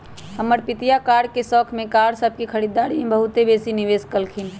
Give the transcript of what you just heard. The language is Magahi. हमर पितिया कार के शौख में कार सभ के खरीदारी में बहुते बेशी निवेश कलखिंन्ह